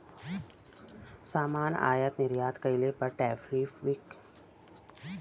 सामान आयात निर्यात कइले पर टैरिफ टैक्स देवे क पड़ेला